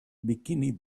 bikini